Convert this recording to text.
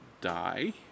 die